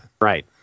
Right